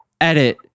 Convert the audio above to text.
edit